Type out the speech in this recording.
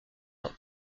ans